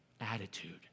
Attitude